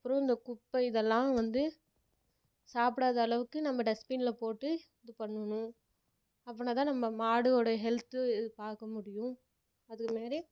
அப்புறோம் இந்த குப்பை இதெல்லாம் வந்து சாப்பிடாத அளவுக்கு நம்ப டஸ்பினில் போட்டு இது பண்ணணும் அப்பன்னாதா நம்ம மாடுடைய ஹெல்த்து பார்க்க முடியும் அதுமாரி